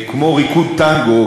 כמו ריקוד טנגו,